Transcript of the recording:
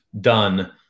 done